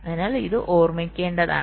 അതിനാൽ ഇത് ഓർമ്മിക്കേണ്ടതാണ്